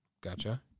Gotcha